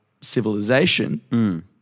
civilization